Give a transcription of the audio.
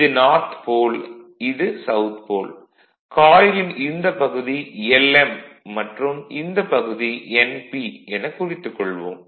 இது N போல் இது S போல் காயிலின் இந்தப் பகுதி l m மற்றும் இந்தப் பகுதி n p எனக் குறித்துக் கொள்வோம்